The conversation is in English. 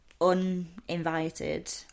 uninvited